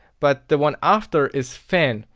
but the one after is fan,